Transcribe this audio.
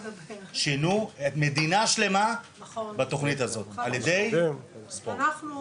שינו מדינה שלמה בתוכנית הזו על ידי ספורט.